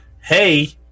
hey